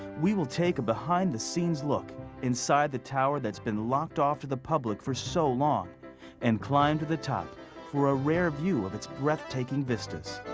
we will take a behind the scenes look inside the tower that's been locked off to the public for so long and climb to the top for a rare view of its breathtaking vistas.